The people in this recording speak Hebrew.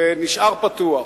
ונשאר פתוח.